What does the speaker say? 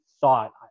thought